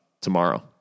tomorrow